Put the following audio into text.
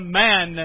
man